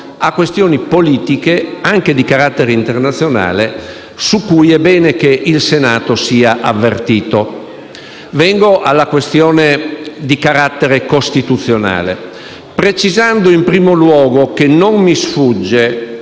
a questioni politiche, anche di carattere internazionale, su cui è bene che il Senato sia avvertito. Vengo alla questione di carattere costituzionale, precisando, in primo luogo, che non mi sfugge